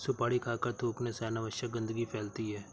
सुपारी खाकर थूखने से अनावश्यक गंदगी फैलती है